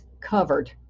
covered